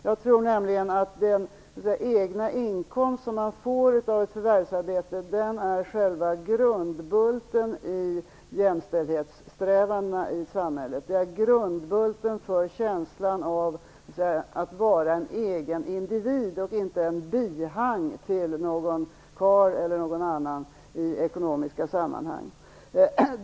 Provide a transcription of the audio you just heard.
Jag tror nämligen att den egna inkomst som man får av ett förvärvsarbete är själva grundbulten i jämställdhetssträvandena i samhället, grundbulten för känslan av att vara en egen individ och inte ett bihang till en karl eller någon annan i ekonomiska sammanhang.